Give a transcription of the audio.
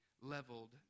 leveled